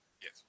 Yes